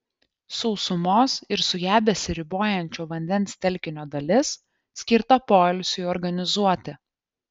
sausumos ir su ja besiribojančio vandens telkinio dalis skirta poilsiui organizuoti